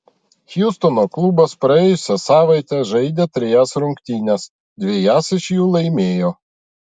hjustono klubas praėjusią savaitę žaidė trejas rungtynes dvejas iš jų laimėjo